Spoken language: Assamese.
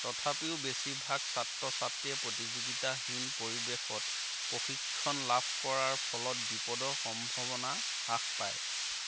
তথাপিও বেছিভাগ ছাত্ৰ ছাত্ৰীয়ে প্ৰতিযোগিতাহীন পৰিৱেশত প্ৰশিক্ষণ লাভ কৰাৰ ফলত বিপদৰ সম্ভাৱনা হ্ৰাস পায়